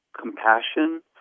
compassion